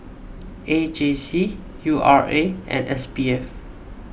A J C U R A and S B F